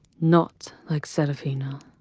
not like seraphina.